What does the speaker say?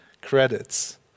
credits